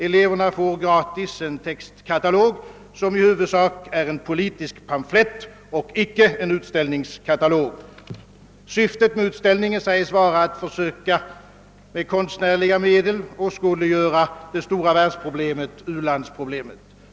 Eleverna får gratis en textkatalog som i huvudsak är en politisk pamflett och icke en utställningskatalog. Syftet med utställningen sägs vara att försöka med konstnärliga medel åskådliggöra det stora världsproblemet, ulandsproblemet.